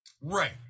Right